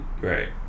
right